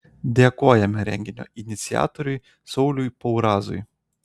dėkojame renginio iniciatoriui sauliui paurazui